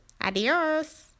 Adios